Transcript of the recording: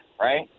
right